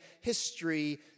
history